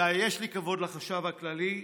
ויש לי כבוד לחשב הכללי,